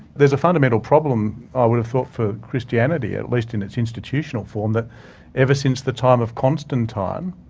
there's a fundamental problem, i would have thought, for christianity, at least in its institutional form, that ever since the time of constantine,